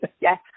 yes